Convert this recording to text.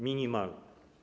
Minimalna.